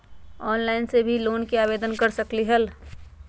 Online से भी loan के आवेदन कर सकलीहल?